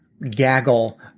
Gaggle